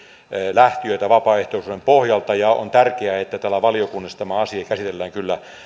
lähtijöitä vapaaehtoisuuden pohjalta ja on tärkeää että täällä valiokunnassa tämä asia käsitellään kyllä